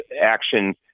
action